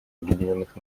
объединенных